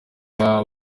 baba